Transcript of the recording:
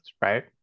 right